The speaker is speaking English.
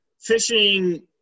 fishing